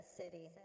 city